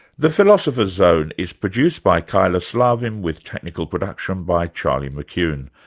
the philosopher's zone is produced by kyla slaven, with technical production by charlie mckune.